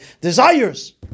desires